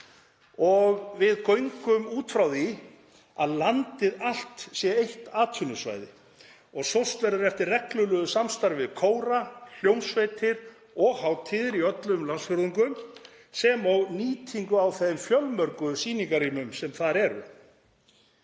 og við göngum út frá því að landið allt sé eitt atvinnusvæði. Sóst verður eftir reglulegu samstarfi við kóra, hljómsveitir og hátíðir í öllum landsfjórðungum sem og nýtingu á þeim fjölmörgu sýningarrýmum sem þar eru.